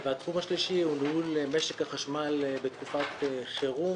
התחום השלישי הוא ניהול משק החשמל בתקופת חירום